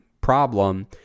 problem